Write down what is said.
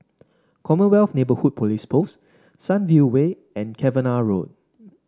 Commonwealth Neighbourhood Police Post Sunview Way and Cavenagh Road